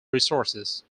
resources